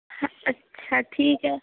हाँ अच्छा ठीक है